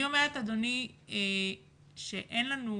אני אומרת שאין לנו